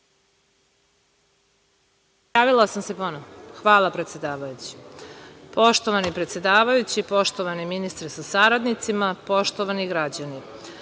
Aleksandrov** Poštovani predsedavajući, poštovani ministre sa saradnicima, poštovani građani,